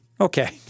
Okay